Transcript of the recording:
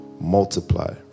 multiply